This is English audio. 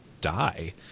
die